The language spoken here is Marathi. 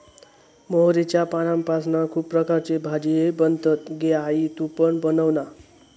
मोहरीच्या पानांपासना खुप प्रकारचे भाजीये बनतत गे आई तु पण बनवना